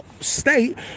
state